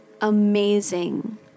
amazing